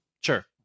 Sure